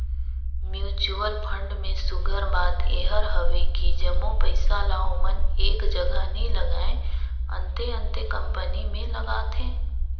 mutual fund में सुग्घर बात एहर हवे कि जम्मो पइसा ल ओमन एक जगहा नी लगाएं, अन्ते अन्ते कंपनी में लगाथें